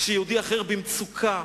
כשיהודי אחר במצוקה,